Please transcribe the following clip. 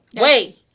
Wait